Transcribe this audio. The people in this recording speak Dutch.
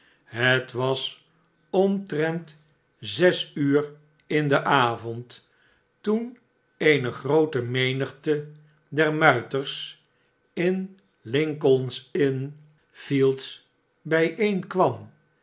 het was omtrent zes uur in den avond toen eene groote menigte der muiters in l i